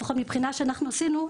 לפחות מבחינה שאנחנו עשינו,